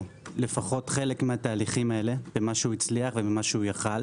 לפחות חלק מהתהליכים האלה במה שיכל.